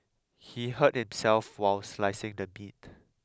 he hurt himself while slicing the meat